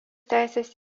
teisės